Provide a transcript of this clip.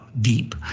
deep